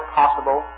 possible